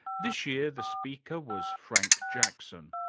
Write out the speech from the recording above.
this year the speaker was frank jackson,